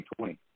2020